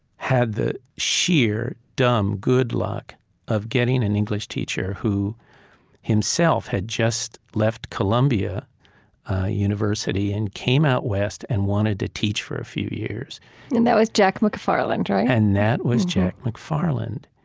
had the sheer dumb luck of getting an english teacher who himself had just left columbia university, and came out west, and wanted to teach for a few years and that was jack mcfarland right? and that was jack mcfarland.